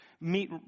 meet